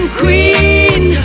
queen